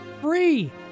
free